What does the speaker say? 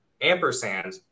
Ampersand